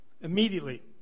Immediately